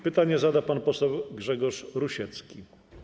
Pytanie zada pan poseł Grzegorz Rusiecki.